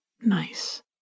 Nice